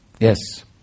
Yes